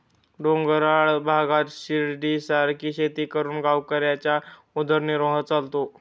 डोंगराळ भागात शिडीसारखी शेती करून गावकऱ्यांचा उदरनिर्वाह चालतो